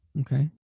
Okay